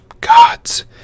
Gods